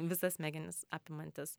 visas smegenis apimantis